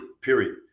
Period